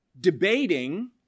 debating